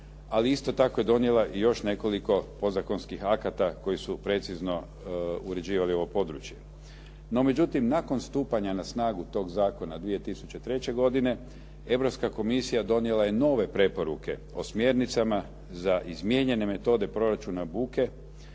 ali isto tako je donijela i još nekoliko podzakonskih akata koji su precizno uređivali ovo područje. No međutim, nakon stupanja na snagu tog zakona 2003. godine Europska komisija donijela je nove preporuke o smjernicama za izmijenjene metode proračuna buke